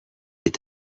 est